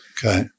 Okay